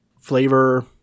Flavor